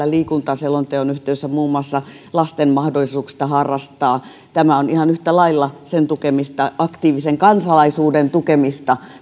liikuntaselonteon yhteydessä muun muassa lasten mahdollisuuksista harrastaa moni vapaan sivistystyön parissa tapahtuva toiminta on ihan yhtä lailla sen tukemista aktiivisen kansalaisuuden tukemista